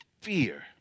fear